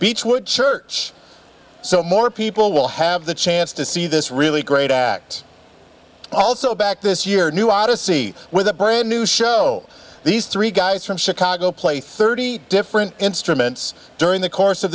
beechwood church so more people will have the chance to see this really great act also back this year new odyssey with a brain new show these three guys from chicago play thirty different instruments during the course of